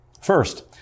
First